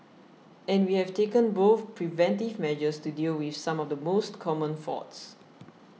and we have taken both preventive measures to deal with some of the most common faults